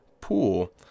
pool